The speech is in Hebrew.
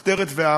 מחתרת ''ואהבת''